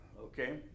okay